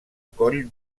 coll